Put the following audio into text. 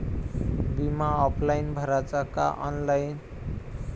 बिमा ऑफलाईन भराचा का ऑनलाईन?